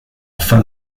fin